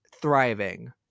thriving